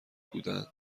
بودند